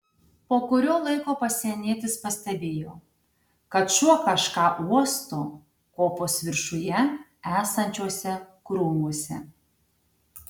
po kurio laiko pasienietis pastebėjo kad šuo kažką uosto kopos viršuje esančiuose krūmuose